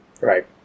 Right